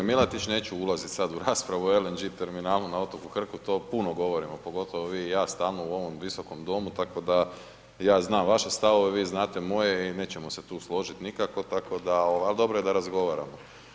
G. Milatić, neću ulazit sad u raspravu LNG terminala na otoku Krku, to puno govorimo, pogotovo vi i ja stalno u ovom Viskom domu tako da ja znam vaše stavove, vi znate moje i nećemo se tu složiti nikako tako da, ali dobro je da razgovaramo.